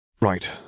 Right